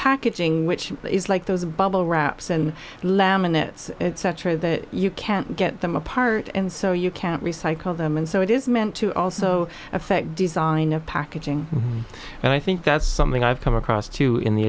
packaging which is like those bubble wraps and laminates it's true that you can't get them apart and so you can't recycle them and so it is meant to also affect design of packaging and i think that's something i've come across to in the